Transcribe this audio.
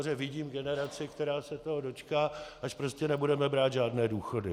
Vlevo nahoře vidím generaci, která se toho dočká, až prostě nebudeme brát žádné důchody.